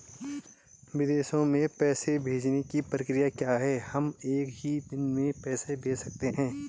विदेशों में पैसे भेजने की प्रक्रिया क्या है हम एक ही दिन में पैसे भेज सकते हैं?